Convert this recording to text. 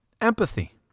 Empathy